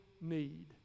need